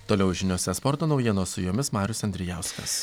toliau žiniose sporto naujienos su jumis marius andrijauskas